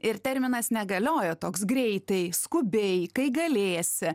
ir terminas negalioja toks greitai skubiai kai galėsi